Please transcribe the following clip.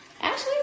Ashley